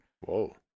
Whoa